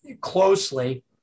closely